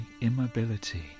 immobility